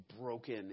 broken